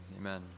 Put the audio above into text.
Amen